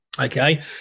Okay